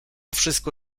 wszystko